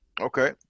okay